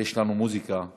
ויש לנו מוזיקה נהדרת.